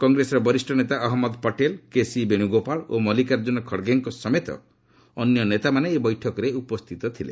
କଂଗ୍ରେସର ବରିଷ୍ଣ ନେତା ଅହଜ୍ଞଦ ପଟେଲ୍ କେ ସି ବେଣୁଗୋପାଳ ଓ ମଲ୍ତିକାର୍ଜ୍ଜନ ଖଡ୍ଗେଙ୍କ ସମେତ ଅନ୍ୟ ନେତାମାନେ ଏହି ବୈଠକରେ ଉପସ୍ଥିତ ଥିଲେ